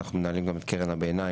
אנחנו מנהלים גם את קרן הביניים.